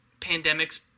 pandemics